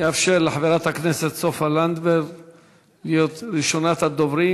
2513, 2525, 2526, 2529,